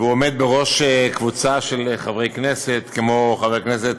והוא עומד בראש קבוצת חברי כנסת: חברי הכנסת